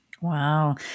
wow